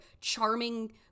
charming